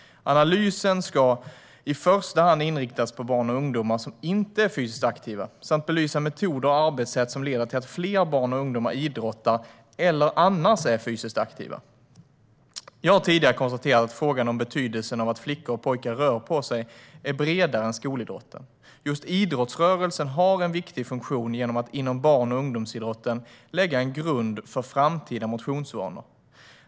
Analysen ska i första hand inriktas på barn och ungdomar som inte är fysiskt aktiva samt belysa metoder och arbetssätt som leder till att fler barn och ungdomar idrottar eller annars är fysiskt aktiva. Jag har tidigare konstaterat att frågan om betydelsen av att flickor och pojkar rör på sig är bredare än skolidrotten. Just idrottsrörelsen har en viktig funktion genom att inom barn och ungdomsidrotten lägga en grund för framtida motionsvanor.